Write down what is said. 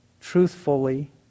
truthfully